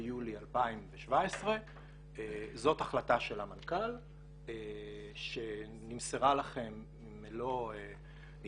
ביולי 2017. זאת החלטה של המנכ"ל שנמסרה לכם עם מלוא הצער,